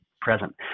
present